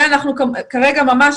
כרגע ממש,